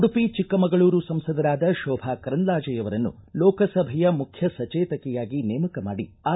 ಉಡುಪಿ ಚಿಕ್ಕಮಗಳೂರು ಸಂಸದರಾದ ಶೋಭಾ ಕರಂದ್ಲಾಜೆಯವರನ್ನು ಲೋಕಸಭೆಯ ಮುಖ್ಯ ಸಚೇತಕಿಯಾಗಿ ನೇಮಕ ಮಾಡಿ ಆದೇಶ ಹೊರಡಿಸಲಾಗಿದೆ